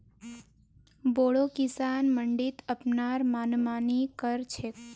बोरो किसान मंडीत अपनार मनमानी कर छेक